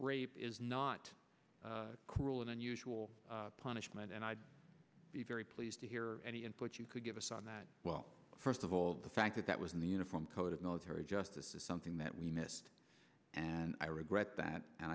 rape is not cruel and unusual punishment and i'd be very pleased to hear any input you could give us on that well first of all the fact that that was in the uniform code of military justice is something that we missed and i regret that and